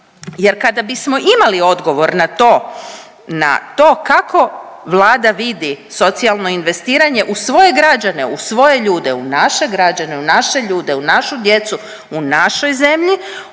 jer kada bismo imali odgovor na to, na to kako Vlada vidi socijalno investiranje u svoje građane u svoje ljude, u naše građane u naše ljude, u naše djece u našoj zemlji